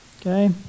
okay